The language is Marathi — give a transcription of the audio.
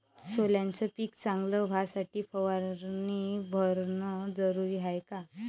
सोल्याचं पिक चांगलं व्हासाठी फवारणी भरनं जरुरी हाये का?